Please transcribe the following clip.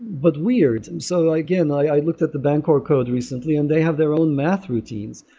but weird and so again, i looked at the bancor code recently and they have their own math routines.